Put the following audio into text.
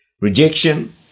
Rejection